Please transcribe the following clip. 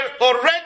already